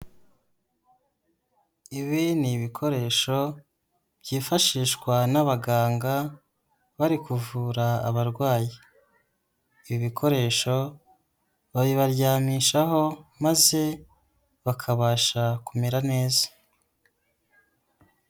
Ibi ni ibikoresho byifashishwa n'abaganga bari kuvura abarwayi. Ibikoresho babibaryamishaho maze bakabasha kumera neza.